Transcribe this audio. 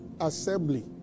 assembly